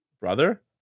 Brother